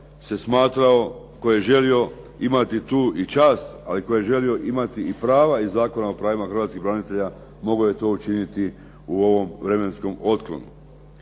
se smatrao, tko je želio imati tu i čas ali koji je želio imati i prava iz Zakona o pravima hrvatskih branitelja mogao je to učiniti u ovom vremenskom otklonu.